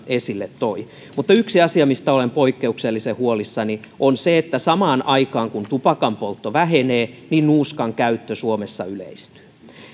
esille toi mutta yksi asia mistä olen poikkeuksellisen huolissani on se että samaan aikaan kun tupakanpoltto vähenee nuuskan käyttö suomessa yleistyy